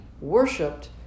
worshipped